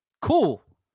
Cool